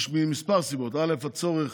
מכמה סיבות: א.